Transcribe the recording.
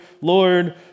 Lord